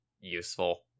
useful